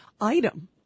item